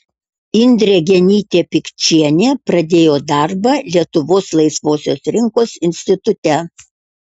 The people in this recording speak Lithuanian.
indrė genytė pikčienė pradėjo darbą lietuvos laisvosios rinkos institute